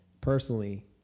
personally